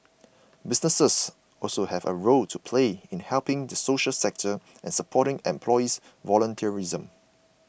businesses also have a role to play in helping the social sector and supporting employee volunteerism